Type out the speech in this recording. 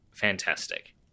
fantastic